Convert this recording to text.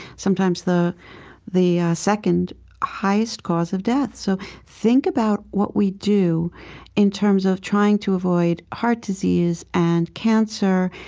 sometimes the the second highest cause of death. so think about what we do in terms of trying to avoid heart disease, and cancer,